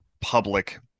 public